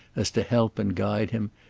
as to help and guide him,